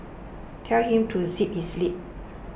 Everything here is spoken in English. tell him to zip his lip